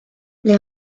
les